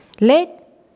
Let